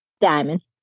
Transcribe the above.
Diamond